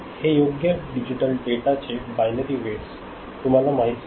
हे योग्य डिजिटल डेटाचे बायनरी वेट्स तुम्हाला माहिती झाले